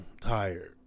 tired